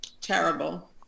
terrible